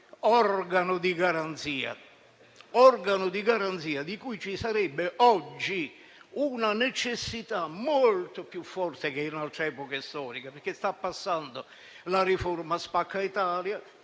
Altro che organo di garanzia, di cui ci sarebbe oggi una necessità molto più forte che in altre epoche storiche! Sta infatti passando la riforma spacca-Italia,